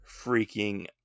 freaking